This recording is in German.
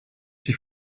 die